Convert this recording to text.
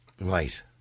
Right